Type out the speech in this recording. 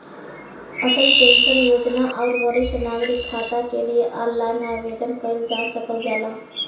Atal pension योजना आउर वरिष्ठ नागरिक खाता के लिए ऑनलाइन आवेदन कइल जा सकल जाला